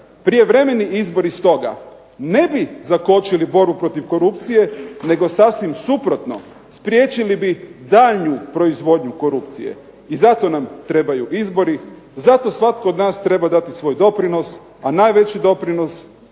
Prijevremeni izbori stoga ne bi zakočili borbu protiv korupcije nego sasvim suprotno, spriječili bi daljnju proizvodnju korupcije. I zato nam trebaju izbori, zato svatko od nas treba dati svoj doprinos, a najveći doprinos